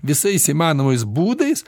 visais įmanomais būdais